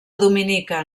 dominica